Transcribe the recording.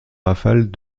rafales